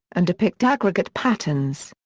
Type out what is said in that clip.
and depict aggregate patterns.